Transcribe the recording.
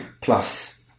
plus